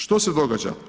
Što se događa?